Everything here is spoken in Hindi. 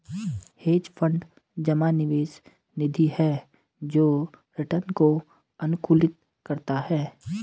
हेज फंड जमा निवेश निधि है जो रिटर्न को अनुकूलित करता है